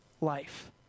life